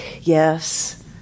Yes